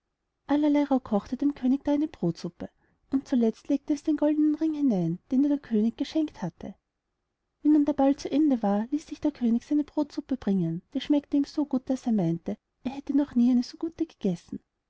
allerlei rauh kochte dem könig da eine brodsuppe und zuletzt legte es den goldenen ring hinein den der könig ihr geschenkt hatte wie nun der ball zu ende war ließ sich der könig seine brodsuppe bringen die schmeckte ihm so gut daß er meinte er hätte noch nie eine so gute gegessen